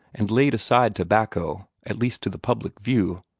and laid aside tobacco, at least to the public view.